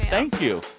thank you,